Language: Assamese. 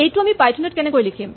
এইটো আমি পাইথন ত কেনেকৈ লিখিম